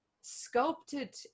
Sculpted